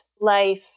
life